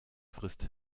frisst